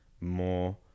more